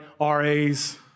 RAs